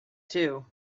too